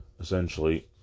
essentially